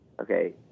okay